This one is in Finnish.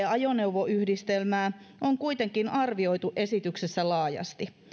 ajoneuvoyhdistelmää on kuitenkin arvioitu esityksessä laajasti